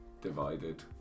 divided